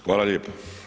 Hvala lijepo.